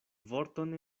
vorton